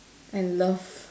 and love